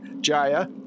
Jaya